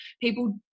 people